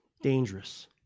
dangerous